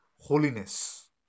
holiness